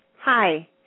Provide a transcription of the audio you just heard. hi